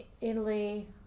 Italy